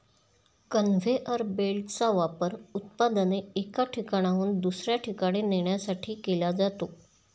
conveyor बेल्टचा वापर उत्पादने एका ठिकाणाहून दुसऱ्या ठिकाणी नेण्यासाठी केला जातो